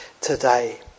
today